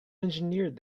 engineered